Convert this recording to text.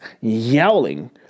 yelling